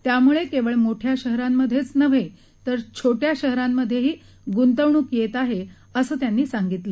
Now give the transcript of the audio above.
त्यामुळे केवळ मोठ्या शहरांमध्येचं नव्हे तर छोट्या शहरांमध्येही गुंतवणूक येत आहे असं त्यांनी सांगितलं